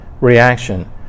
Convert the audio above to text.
reaction